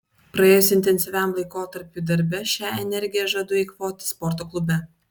praėjus intensyviam laikotarpiui darbe šią energiją žadu eikvoti sporto klube